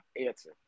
answer